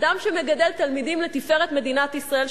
אדם שמגדל תלמידים לתפארת מדינת ישראל,